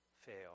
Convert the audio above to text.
fail